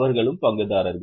அவர்களும் பங்குதாரர்கள்